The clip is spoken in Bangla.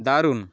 দারুণ